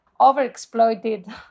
overexploited